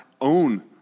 own